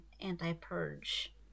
anti-purge